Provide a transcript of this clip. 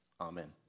Amen